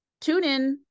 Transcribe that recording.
TuneIn